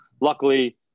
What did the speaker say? luckily